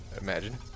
Imagine